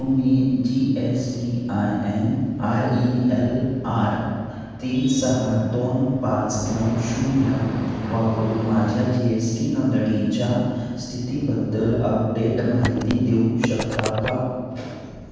तुम्ही G S T I N R E L R तीन सहा दोन पाच नऊ शून्य वापरून माझ्या जी एस टी नोंदणीच्या स्थितीबद्दल अपडेट माहिती देऊ शकता का